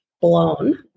blown